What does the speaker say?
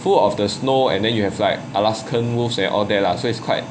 full of the snow and then you have like alaskan wolves and all the lah so it's quite